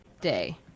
day